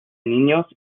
niños